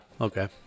okay